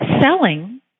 selling